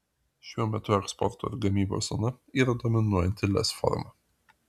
šiuo metu eksporto ir gamybos zona yra dominuojanti lez forma